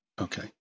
Okay